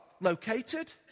located